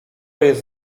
jest